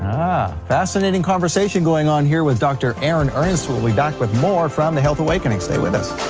ah, fascinating conversation going on here with dr. aaron ernst, we'll be back with more from the health awakening, stay with us.